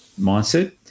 mindset